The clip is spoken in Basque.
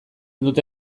dute